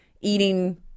eating